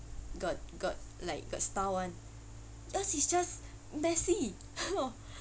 got got like got style [one] yours is just messy